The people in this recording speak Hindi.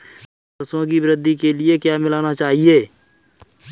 सरसों की वृद्धि के लिए क्या मिलाना चाहिए?